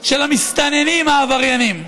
של המסתננים העבריינים,